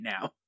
now